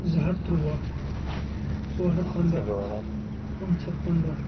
زٕ ہَتھ ترُٛواہ ژور ہَتھ پنٛداہ پانٛژھ ہَتھ پنٛداہ